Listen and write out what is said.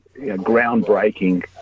groundbreaking